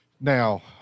Now